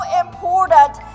important